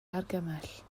argymell